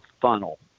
funnel